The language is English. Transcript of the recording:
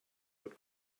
oat